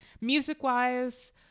Music-wise